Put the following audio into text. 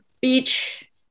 beach